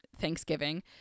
Thanksgiving